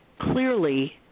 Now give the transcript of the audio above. clearly